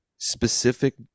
specific